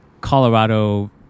Colorado